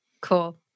Cool